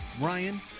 Ryan